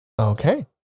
Okay